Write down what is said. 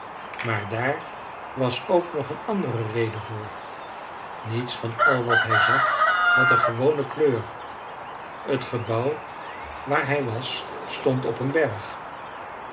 maar daar was ook nog een andere reden voor niets van al wat hij zag had een gewone kleur het gebouw waar hij was stond op een berg